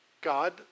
God